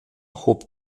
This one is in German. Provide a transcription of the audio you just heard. hob